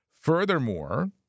Furthermore